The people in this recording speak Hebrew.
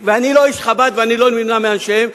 אני לא איש חב"ד ואני לא נמנה עם אנשיהם,